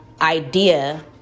idea